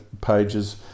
pages